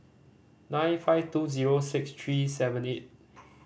nine five two zero six three seven eight